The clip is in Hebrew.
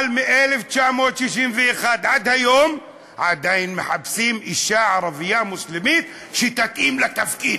אבל מ-1961 עד היום עדיין מחפשים אישה ערבייה מוסלמית שתתאים לתפקיד.